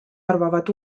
arvavad